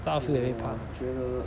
在 outfield 也会怕